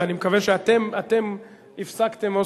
ואני מקווה שאתם הפסקתם,